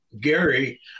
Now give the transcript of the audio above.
Gary